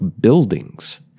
buildings